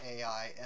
AI